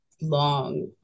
long